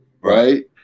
Right